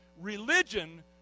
Religion